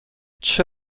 trzy